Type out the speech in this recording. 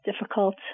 difficult